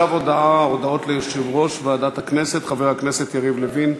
הצעת חוק לקידום השקעות וחברות הפועלות בתחומי הטכנולוגיה העילית